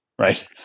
right